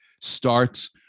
starts